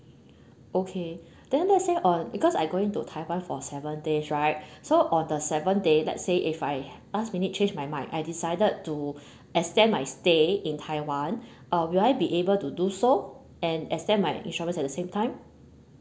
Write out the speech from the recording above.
okay then let's say uh because I going to taiwan for seven days right so on the seven day let's say if I last minute change my mind I decided to extend my stay in taiwan uh will I be able to do so and extend my insurance at the same time